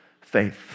faith